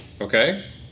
Okay